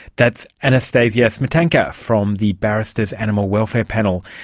that's anastasia smietanka from the barristers animal welfare panel.